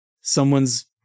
someone's